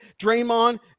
Draymond